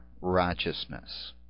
righteousness